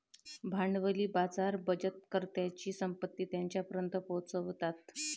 भांडवली बाजार बचतकर्त्यांची संपत्ती त्यांच्यापर्यंत पोहोचवतात